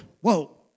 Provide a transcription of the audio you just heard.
whoa